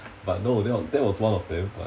but no that that was one of them but